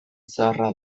zaharra